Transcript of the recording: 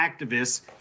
activists